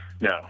No